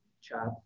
chat